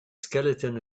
skeleton